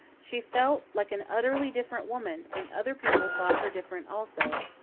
she felt like an utterly different woman and other people thought her different also.